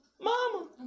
Mama